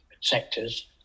sectors